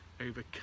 overcome